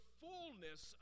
fullness